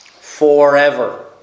forever